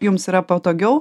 jums yra patogiau